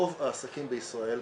רוב העסקים בישראל,